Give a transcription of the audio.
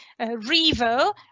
Revo